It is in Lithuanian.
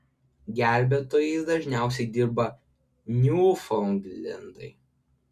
gelbėtojais dažniausiai dirba niūfaundlendai